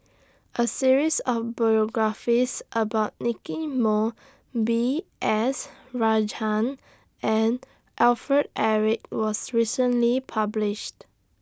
A series of biographies about Nicky Moey B S Rajhans and Alfred Eric was recently published